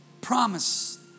Promise